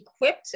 equipped